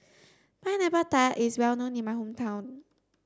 pineapple tart is well known in my hometown